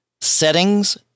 settings